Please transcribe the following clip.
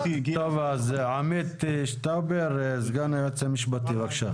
עמית שטאובר, סגן היועץ המשפטי, בבקשה.